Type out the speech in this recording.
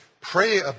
pray